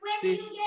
See